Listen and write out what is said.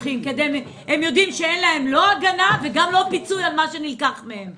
הם יודעים שאין להם הגנה וגם לא פיצוי על מה שנלקח מהם.